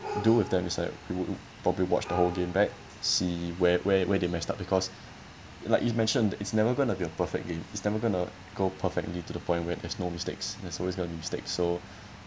do with them is like we wo~ probably watch the whole game back see where where where they messed up because like you mentioned it's never going to be a perfect game it's never going to go perfectly to the point where there's no mistakes there's always going to be mistakes so